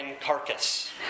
carcass